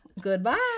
goodbye